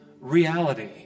reality